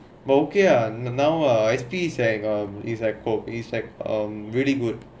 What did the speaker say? but okay lah now uh S_P is like uh is like really good